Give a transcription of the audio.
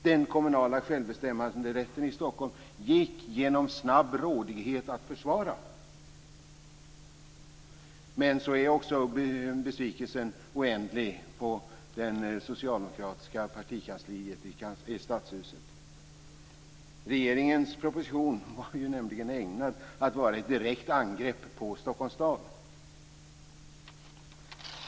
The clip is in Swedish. Den kommunala självbestämmanderätten i Stockholm gick det genom snabb rådighet att försvara - så är också besvikelsen oändlig på det socialdemokratiska partikansliet i stadshuset. Regeringens proposition var nämligen ägnad att vara ett direkt angrepp på Stockholms stad.